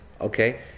Okay